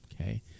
Okay